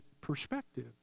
perspective